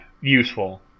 useful